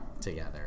Together